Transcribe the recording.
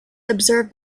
observe